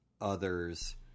others